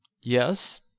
Yes